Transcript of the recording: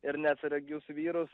ir neatsargius vyrus